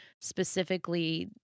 specifically